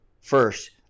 first